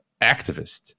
activist